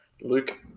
Luke